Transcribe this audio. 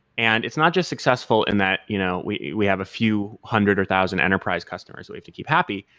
and it's not just successful and that you know we we have a few hundred or thousand enterprise customers we have to keep happy.